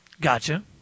Gotcha